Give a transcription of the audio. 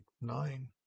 nine